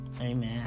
Amen